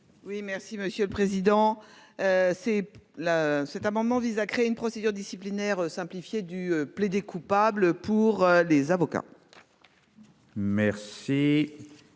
Oui, merci Monsieur le Président. C'est la cet amendement vise à créer une procédure disciplinaire simplifiée du plaider coupable pour les avocats. Merci.